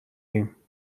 ایم